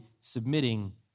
submitting